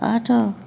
ଆଠ